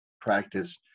practice